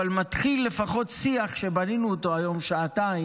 אבל לפחות מתחיל שיח, שבנינו אותו היום שעתיים,